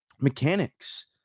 mechanics